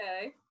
okay